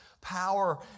power